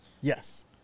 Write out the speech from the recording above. Yes